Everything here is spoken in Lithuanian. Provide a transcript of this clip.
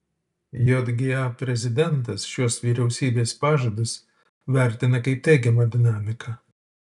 jga prezidentas šiuos vyriausybės pažadus vertina kaip teigiamą dinamiką